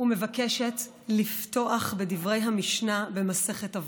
ומבקשת לפתוח בדברי המשנה במסכת אבות: